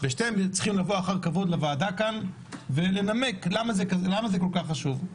בשתיהן היינו צריכים לבוא אחר כבוד לוועדה כאן ולנמק למה זה כל כך חשוב.